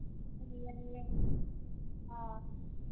ꯌꯥꯏ ꯌꯥꯏ ꯌꯥꯏ ꯑꯥ